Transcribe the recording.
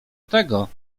tego